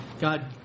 God